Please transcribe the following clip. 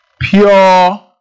Pure